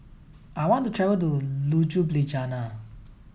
I want to travel to Ljubljana